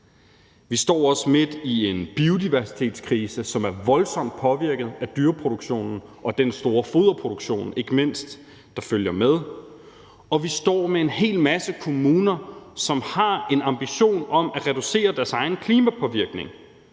Vi står også midt i en biodiversitetskrise, som er voldsomt påvirket af dyreproduktionen og ikke mindst den store foderproduktion, der følger med, og vi står med en hel masse kommuner, som har en ambition om at reducere deres egen klimapåvirkning,